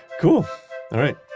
cool. all right,